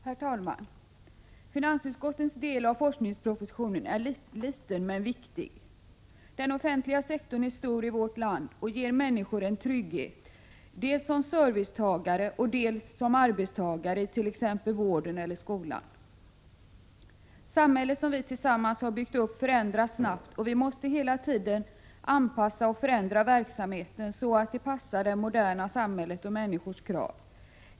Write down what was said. Herr talman! Finansutskottets del av det gemensamma forskningsbetänkandet är liten men viktig. Den offentliga sektorn är stor i vårt land och ger människor en trygghet, dels som servicetagare, dels som arbetstagare, t.ex. inom vården eller skolan. Det samhälle som vi tillsammans har byggt upp förändras snabbt, och vi måste hela tiden anpassa och förändra verksamheten så att den passar det moderna samhället och människors krav.